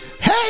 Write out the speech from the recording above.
Hey